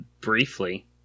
Briefly